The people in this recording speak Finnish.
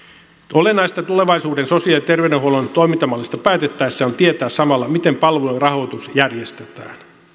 olennaista tulevaisuuden sosiaali ja terveydenhuollon toimintamallista päätettäessä on tietää samalla miten palvelujen rahoitus järjestetään